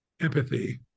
empathy